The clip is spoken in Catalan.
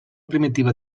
primitiva